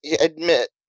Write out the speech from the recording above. admit